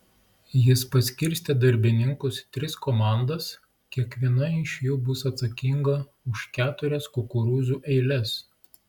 jis paskirstė darbininkus į tris komandas kiekviena iš jų bus atsakinga už keturias kukurūzų eiles